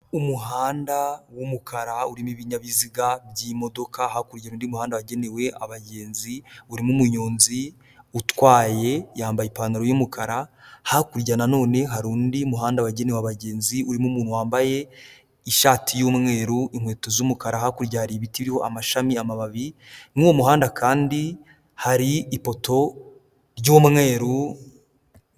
Umuhanda w'umukara urimo ibinyabiziga by'imodoka, hakurya' undindi muhanda wagenewe abagenzi, urimo munyonzi utwaye yambaye ipantaro y'umukara, hakurya nanone hari undi muhanda wagenewe abagenzi, urimo umuntu wambaye ishati y'umweru, inkweto z'umukara hakurya hari ibiti iriho amashami, amababi muri uwo muhanda kandi hari ifoto ry'umweru.